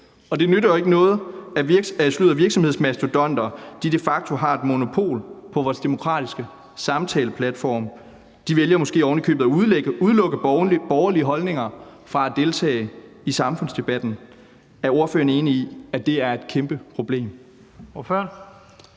og det nytter jo ikke noget, at virksomhedsmastodonter de facto har et monopol på vores demokratiske samtaleplatform. De vælger måske ovenikøbet at udelukke borgerlige holdninger fra at deltage i samfundsdebatten. Er ordføreren enig i, at det er et kæmpe problem?